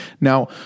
Now